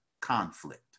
conflict